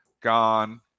gone